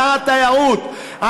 שר התיירות,